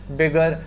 bigger